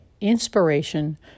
inspiration